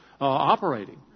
operating